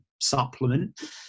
supplement